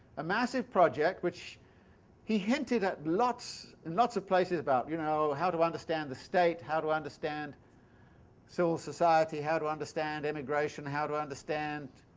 a massive project which he hinted at in and lots of places about, you know, how to understand the state, how to understand civil society, how to understand emigration, how to understand